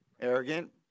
Arrogant